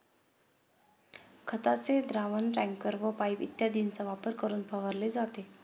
खताचे द्रावण टँकर व पाइप इत्यादींचा वापर करून फवारले जाते